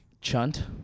Chunt